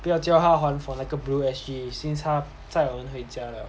不要叫他还 for 那个 blue S_G since 他载我们回家 liao